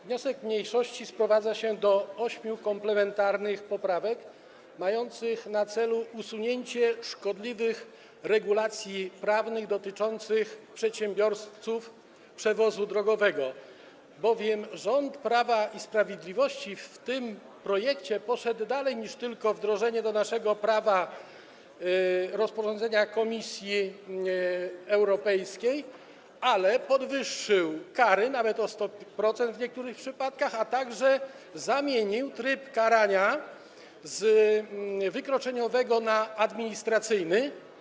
Wniosek mniejszości sprowadza się do ośmiu komplementarnych poprawek mających na celu usunięcie szkodliwych regulacji prawnych dotyczących przedsiębiorców przewozu drogowego, bowiem rząd Prawa i Sprawiedliwości w tym projekcie poszedł dalej niż tylko wdrożenie do naszego prawa rozporządzenia Komisji Europejskiej, ale podwyższył kary nawet o 100% w niektórych przypadkach, a także zmienił tryb karania z wykroczeniowego na administracyjny.